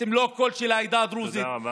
אתם לא הקול של העדה הדרוזית,